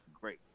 Great